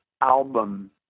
album